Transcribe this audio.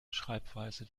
schreibweise